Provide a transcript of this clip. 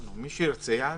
מי שירצה, יעלה.